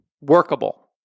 workable